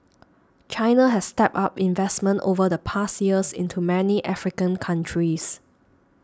China has stepped up investment over the past years into many African countries